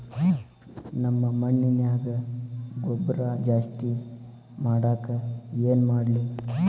ನಮ್ಮ ಮಣ್ಣಿನ್ಯಾಗ ಗೊಬ್ರಾ ಜಾಸ್ತಿ ಮಾಡಾಕ ಏನ್ ಮಾಡ್ಲಿ?